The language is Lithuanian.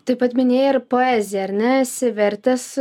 taip pat minėjai ir poeziją ar ne esi vertęs